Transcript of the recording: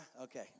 okay